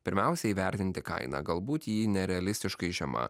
pirmiausia įvertinti kainą galbūt ji nerealistiškai žema